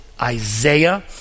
Isaiah